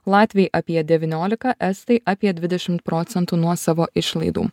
latviai apie devyniolika estai apie dvidešimt procentų nuo savo išlaidų